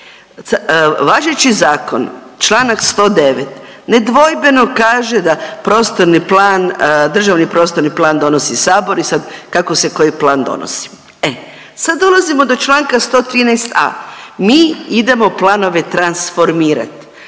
važeći zakon članak 109. nedvojbeno kaže da prostorni plan, državni prostorni plan donosi Sabor i sad kako se koji plan donosi. E sad dolazimo do članka 113a. Mi idemo planove transformirati.